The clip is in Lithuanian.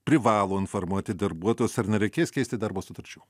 privalo informuoti darbuotojus ar nereikės keisti darbo sutarčių